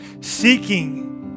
seeking